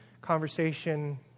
conversation